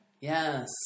Yes